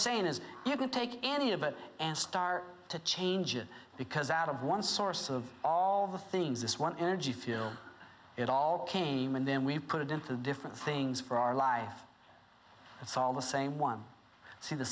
saying is you can take any of it and start to change it because out of one source of all the things this one energy feel it all came and then we put it into different things for our life it's all the same one see the